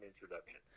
introduction